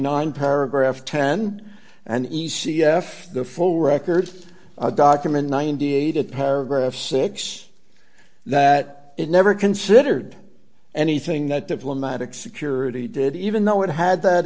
nine paragraph ten and e c f the full records document ninety eight at paragraph six that it never considered anything that diplomatic security did even though it had that